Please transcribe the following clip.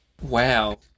Wow